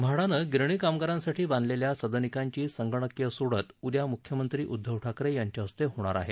म्हाडानं गिरणी कामगारांसाठी बांधलेल्या सदनिकांची संगणकीय सोडत उद्या मुख्यमंत्री उद्दव ठाकरे यांच्या हस्ते होणार आहे